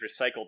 recycled